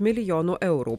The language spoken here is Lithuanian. milijonų eurų